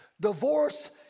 Divorce